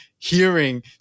hearing